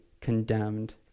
condemned